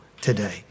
today